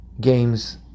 games